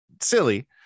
silly